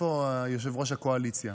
איפה יושב-ראש הקואליציה?